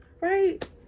right